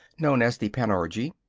known as the panurgi,